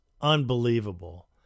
unbelievable